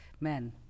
Men